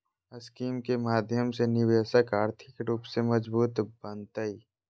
scheme के माध्यम से निवेशक आर्थिक रूप से मजबूत बनतय